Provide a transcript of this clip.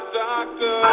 doctor